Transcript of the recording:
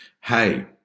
hey